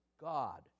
God